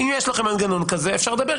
אם יש לכם מנגנון כזה, אפשר לדבר.